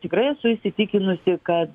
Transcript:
tikrai esu įsitikinusi kad